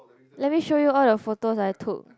let me show you all the photos I took